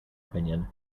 opinion